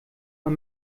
man